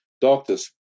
Doctors